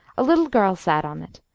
a little girl sat on it,